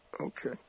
Okay